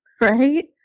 Right